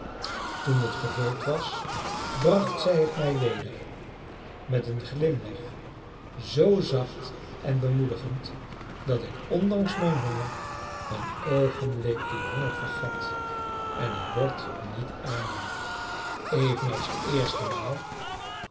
toen het gevuld was bracht zij het mij weder met een glimlach zoo zacht en bemoedigend dat ik ondanks mijn honger een oogenblik dien honger vergat en het bord niet aannam evenals de eerste maal